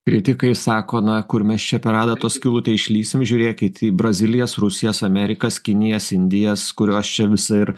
kritikai sako na kur mes čia per adatos skylutę išlįsim žiūrėkit į brazilijas rusijas amerikas kinijas indijas kurios čia visą ir